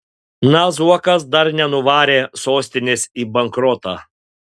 na zuokas dar nenuvarė sostinės į bankrotą